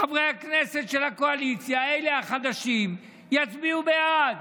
חברי הכנסת של הקואליציה, אלה החדשים, יצביעו בעד,